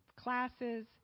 classes